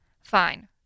fine